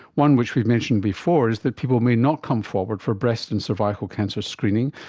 one which we've mentioned before is that people may not come forward for breast and cervical cancer screening,